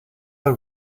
are